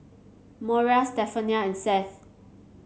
Moriah Stephania and Seth